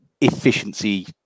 efficiency